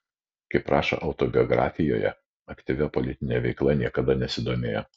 kaip rašo autobiografijoje aktyvia politine veikla niekada nesidomėjo